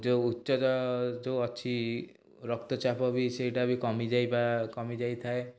ଯେଉଁ ଉଚ୍ଚ ଯେଉଁ ଅଛି ରକ୍ତଚାପ ବି ସେଇଟା ବି କମିଯାଏ ବା କମିଯାଇଥାଏ